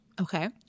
okay